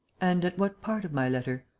and at what part of my letter?